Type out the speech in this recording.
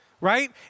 right